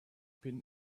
been